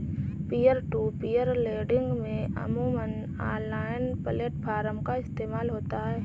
peer to peer lending में अमूमन online platform का इस्तेमाल होता है